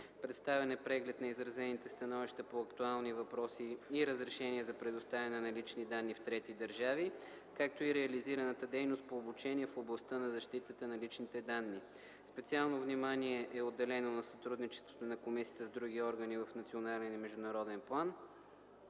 Представен е преглед на изразените становища по актуални въпроси и разрешения за предоставяне на лични данни в трети държави, както и реализираната дейност по обучение в областта на защитата на личните данни. Специално внимание е отделено на сътрудничеството на комисията с други органи в национален и международен план,